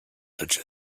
such